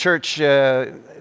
church